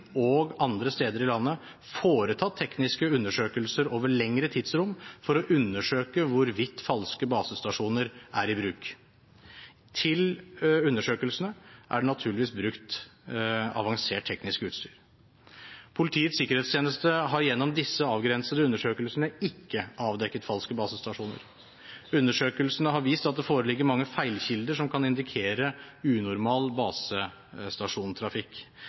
og på andre steder i landet, foretatt tekniske undersøkelser over lengre tidsrom for å undersøke hvorvidt falske basestasjoner er i bruk. Til undersøkelsene er det naturligvis brukt avansert teknisk utstyr. Politiets sikkerhetstjeneste har gjennom disse avgrensede undersøkelsene ikke avdekket falske basestasjoner. Undersøkelsene har vist at det foreligger mange feilkilder som kan indikere unormal basestasjontrafikk.